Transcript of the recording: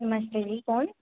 नमस्ते जी कु'न